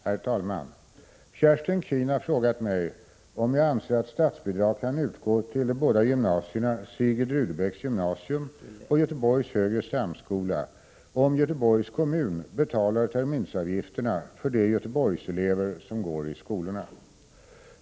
Herr talman! Kerstin Keen har frågat mig om jag anser att statsbidrag kan utgå till de båda gymnasierna Sigrid Rudebecks gymnasium och Göteborgs högre samskola om Göteborgs kommun betalar terminsavgifterna för de Göteborgselever som går i skolorna.